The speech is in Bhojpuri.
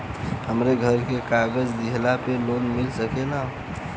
हमरे घरे के कागज दहिले पे लोन मिल सकेला?